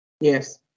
Yes